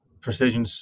precision